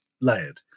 layered